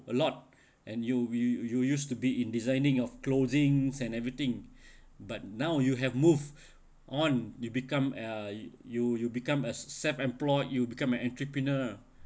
a lot and you you used to be in designing of clothings and everything but now you have move on you become uh you you become a self-employed you become an entrepreneur